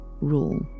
rule